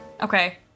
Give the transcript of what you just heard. okay